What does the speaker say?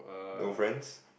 those friends